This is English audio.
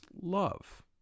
love